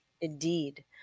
Indeed